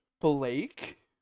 Blake